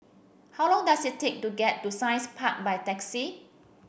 how long does it take to get to Science Park by taxi